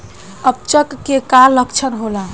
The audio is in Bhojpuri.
अपच के का लक्षण होला?